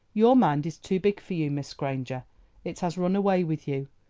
your mind is too big for you, miss granger it has run away with you,